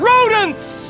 Rodents